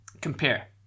compare